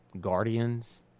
Guardians